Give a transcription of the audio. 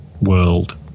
world